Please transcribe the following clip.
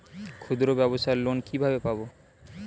ক্ষুদ্রব্যাবসার লোন কিভাবে পাব?